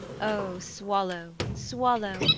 o swallow, swallow,